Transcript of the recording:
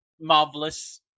Marvelous